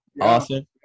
Awesome